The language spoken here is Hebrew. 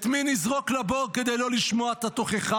את מי נזרוק לבור כדי לא לשמוע את התוכחה?